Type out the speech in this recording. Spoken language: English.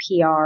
PR